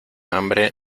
hambre